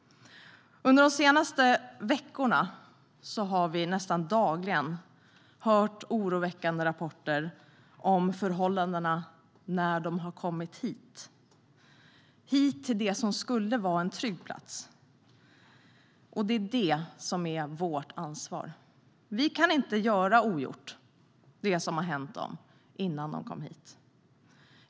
Under de senaste veckorna har vi nästan dagligen hört oroväckande rapporter om förhållandena när barnen har kommit hit till det som skulle vara en trygg plats. Och det är vårt ansvar. Vi kan inte göra ogjort det som hänt dem innan de kom hit.